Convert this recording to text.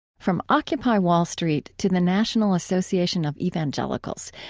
from occupy wall street to the national association of evangelicals,